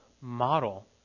model